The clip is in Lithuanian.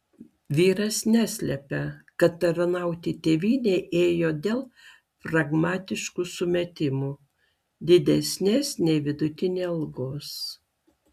vyras neslepia kad tarnauti tėvynei ėjo dėl pragmatiškų sumetimų didesnės nei vidutinė algos